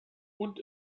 und